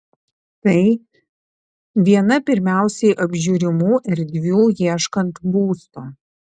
tai viena pirmiausiai apžiūrimų erdvių ieškant būsto